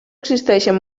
existeixen